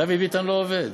דוד ביטן לא עובד.